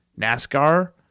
NASCAR